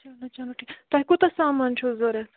چلو چلو ٹھیٖک تۄہہِ کوٗتاہ سامان چھُو ضوٚرَتھ